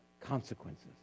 consequences